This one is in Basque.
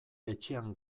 etxean